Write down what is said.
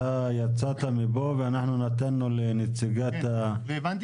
אתה יצאת מפה ואנחנו נתנו לנציגת --- והבנתי